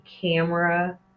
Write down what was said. camera